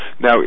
Now